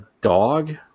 dog